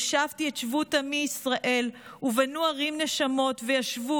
ושבתי את שבות עמי ישראל ובנו ערים נשמות וישבו